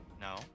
No